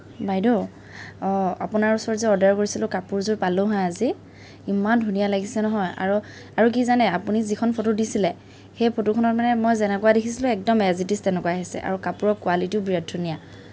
বাইদেউ আপোনাৰ ওচৰত যে অৰ্ডাৰ কৰিছিলোঁ কাপোৰযোৰ পালোঁ হা আজি ইমান ধুনীয়া লাগিছে নহয় আৰু আৰু কি জানে আপুনি যিখন ফটো দিছিলে সেই ফটোখনত মানে মই যেনেকুৱা দেখিছিলোঁ একদম এজ ইত ইজ তেনেকুৱাই আহিছে আৰু কাপোৰৰ কোৱালিটিও বিৰাট ধুনীয়া